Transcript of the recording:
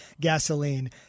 Gasoline